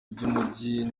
by’umujyi